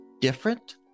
different